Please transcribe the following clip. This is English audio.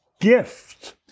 gift